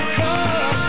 come